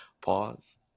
pause